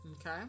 Okay